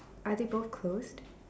are they both closed